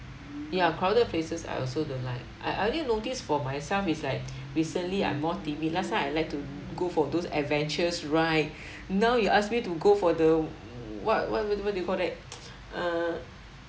ya crowded places I also don't like I I only notice for myself is like recently I'm more timid last time I like to go for those adventures right now you ask me to go for the what what what do you call that err